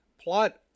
plot